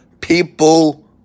people